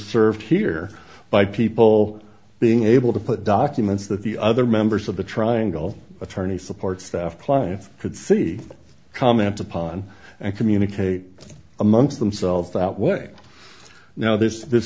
served here by people being able to put documents that the other members of the triangle attorney support staff clients could see comment upon and communicate amongst themselves that way now there's this